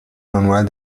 manual